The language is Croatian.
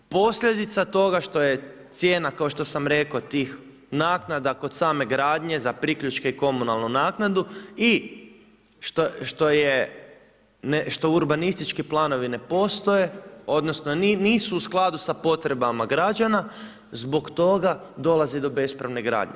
Posljedica toga što je cijena, kao što sam rekao, tih naknada kod same gradnje za priključke i komunalnu naknadu i što urbanistički planovi ne postoje, odnosno nisu u skladu sa potrebama građana, zbog toga dolazi do bespravne gradnje.